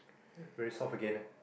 ah very soft again ah